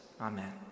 Amen